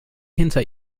hinter